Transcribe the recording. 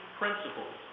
principles